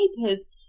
papers